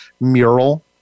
Mural